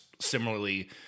similarly